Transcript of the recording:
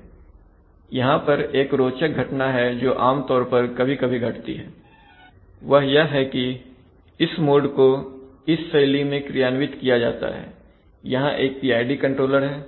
अब यहां पर एक रोचक घटना है जो आमतौर पर कभी कभी घटती है वह यह है कि इस मोड को इस शैली में क्रियान्वित किया जाता है यहां एक PID कंट्रोलर है